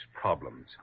problems